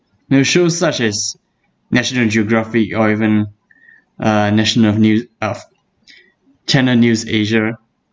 you know shows such as national geographic or even uh national new uh channel news asia